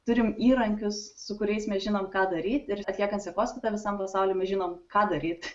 turim įrankius su kuriais mes žinom ką daryt ir atliekant sekoskaitą visam pasauly mes žinom ką daryt